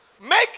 Make